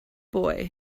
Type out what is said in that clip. boy